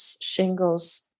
shingles